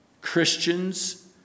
Christians